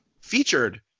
featured